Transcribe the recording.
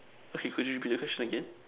okay could you repeat that question again